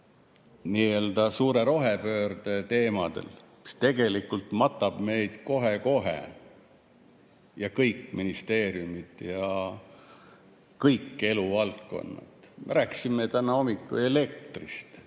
nii‑öelda suure rohepöörde teemadel, mis tegelikult matab meid kohe‑kohe, kõik ministeeriumid ja kõik eluvaldkonnad. Rääkisime täna hommikul elektrist,